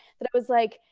but it was like,